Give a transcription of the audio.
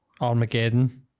Armageddon